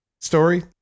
story